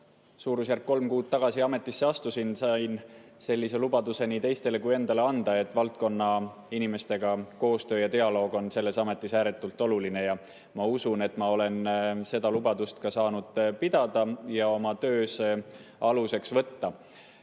suurusjärgus kolm kuud tagasi ametisse astusin, sain nii teistele kui ka endale anda sellise lubaduse, et valdkonna inimestega koostöö ja dialoog on selles ametis ääretult oluline. Ma usun, et ma olen seda lubadust ka saanud pidada ja oma töös aluseks võtta.